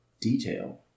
detail